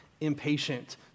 impatient